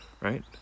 right